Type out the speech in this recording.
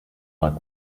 like